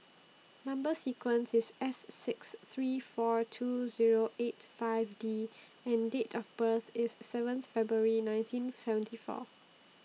Number sequence IS S six three four two Zero eight five D and Date of birth IS seven February nineteen seventy four